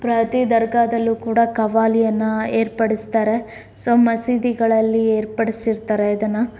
ಪ್ರತಿ ದರ್ಗಾದಲ್ಲೂ ಕೂಡ ಖವ್ವಾಲಿಯನ್ನು ಏರ್ಪಡಿಸ್ತಾರೆ ಸೊ ಮಸೀದಿಗಳಲ್ಲಿ ಏರ್ಪಡಿಸಿರ್ತಾರೆ ಇದನ್ನು